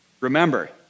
Remember